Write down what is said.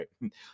right